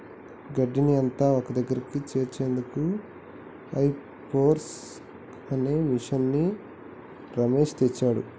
గడ్డిని అంత ఒక్కదగ్గరికి చేర్చేందుకు హే ఫోర్క్ అనే మిషిన్ని రమేష్ తెచ్చిండు